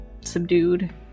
subdued